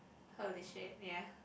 holy shit ya